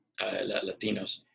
Latinos